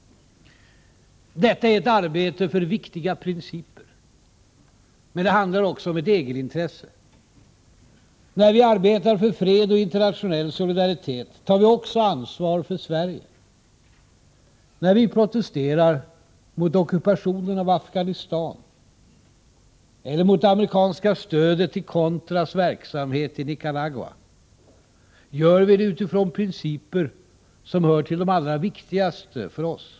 Detta är ett arbete för viktiga principer. Men det handlar också om ett egetintresse. När vi arbetar för fred och internationell solidaritet tar vi också ansvar för Sverige. När vi protesterar mot ockupationen av Afghanistan, eller mot det amerikanska stödet till Contras verksamhet i Nicaragua, gör vi det utifrån principer som hör till de allra viktigaste för oss.